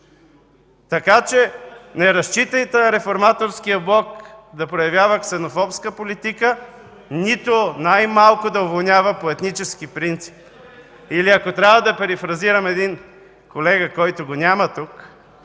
тук. Не разчитайте на Реформаторския блок да проявява ксенофобска политика, нито най-малко да уволнява по етнически принцип. Или ако трябва да перифразирам един колега, който го няма тук,